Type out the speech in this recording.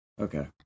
Okay